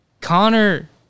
Connor